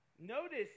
Notice